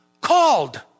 called